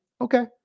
Okay